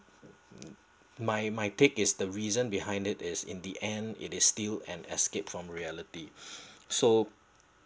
my my take is the reason behind it is in the end it is still an escape from reality so